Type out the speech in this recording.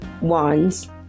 wands